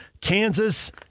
Kansas